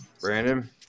brandon